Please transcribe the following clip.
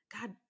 God